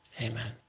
Amen